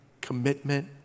commitment